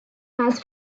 has